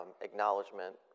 acknowledgement